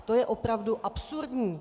To je opravdu absurdní.